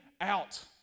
out